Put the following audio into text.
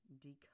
decode